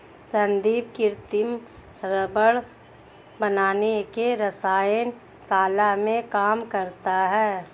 संदीप कृत्रिम रबड़ बनाने की रसायन शाला में काम करता है